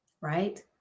right